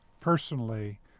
personally